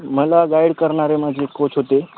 मला गाईड करणारे माझे कोच होते